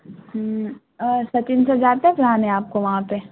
اور سچن سر جاتے ہیں پڑھانے آپ کو وہاں پہ